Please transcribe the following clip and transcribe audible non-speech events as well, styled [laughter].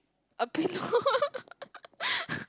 a pillow [laughs]